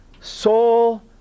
soul